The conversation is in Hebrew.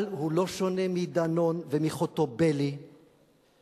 אבל הוא לא שונה מדנון, מחוטובלי ומכצל'ה.